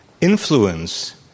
influence